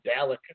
Dalek